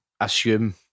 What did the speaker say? assume